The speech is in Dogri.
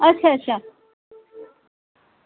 अच्छा अच्छा